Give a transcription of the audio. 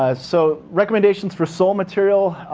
ah so, recommendations for sole material.